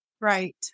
right